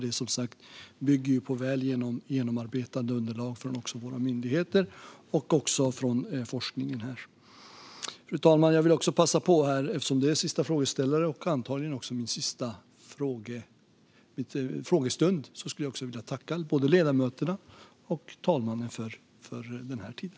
Det bygger på väl genomarbetade underlag från våra myndigheter och också från forskningen. Fru talman! Jag vill också passa på, eftersom det är sista frågeställare och antagligen också min sista frågestund, att tacka både ledamöterna och talmannen för den här tiden.